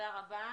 תודה רבה.